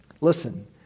Listen